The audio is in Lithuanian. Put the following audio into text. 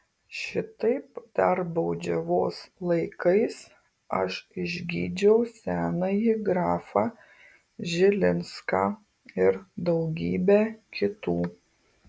šitaip dar baudžiavos laikais aš išgydžiau senąjį grafą žilinską ir daugybę kitų